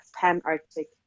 pan-Arctic